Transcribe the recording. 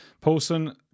Paulson